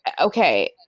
okay